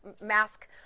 mask